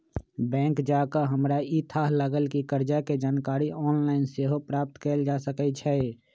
bank जा कऽ हमरा इ थाह लागल कि कर्जा के जानकारी ऑनलाइन सेहो प्राप्त कएल जा सकै छै